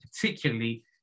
particularly